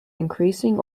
increasing